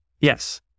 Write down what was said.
Yes